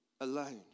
alone